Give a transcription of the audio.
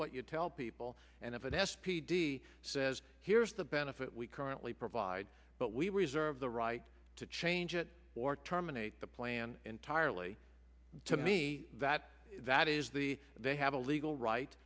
what you tell people and have an s p d says here's the benefit we currently provide but we reserve the right to change it or terminate the plan entirely to me that that is the they have a legal right